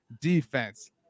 defense